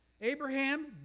Abraham